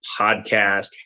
podcast